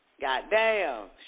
Goddamn